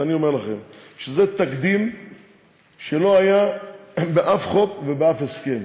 אז אני אומר לכם שזה תקדים שלא היה באף חוק ובאף הסכם.